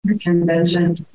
convention